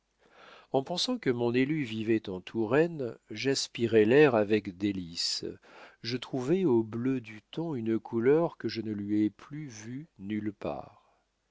en pensant que mon élue vivait en touraine j'aspirais l'air avec délices je trouvai au bleu du temps une couleur que je ne lui ai plus vue nulle part